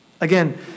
Again